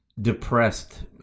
depressed